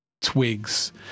Twigs